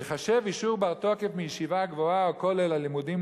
"ייחשב אישור בר-תוקף מישיבה גבוהה או כולל על לימודים